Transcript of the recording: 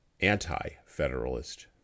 anti-federalist